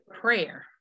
Prayer